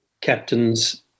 captains